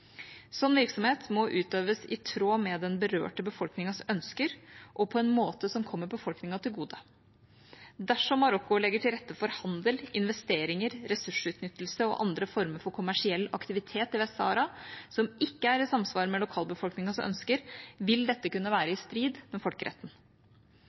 virksomhet må utøves i tråd med den berørte befolkningens ønsker, og på en måte som kommer befolkningen til gode. Dersom Marokko legger til rette for handel, investeringer, ressursutnyttelse og andre former for kommersiell aktivitet i Vest-Sahara som ikke er i samsvar med lokalbefolkningens ønsker, vil dette kunne være